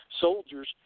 soldiers